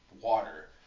water